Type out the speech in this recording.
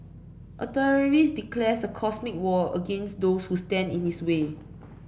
a terrorist declares a cosmic war against those who stand in his way